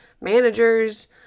managers